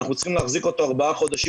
אנחנו צריכים להחזיק אותו ארבעה חודשים,